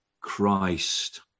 Christ